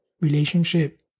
relationship